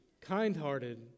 kind-hearted